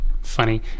funny